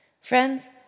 Friends